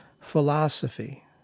philosophy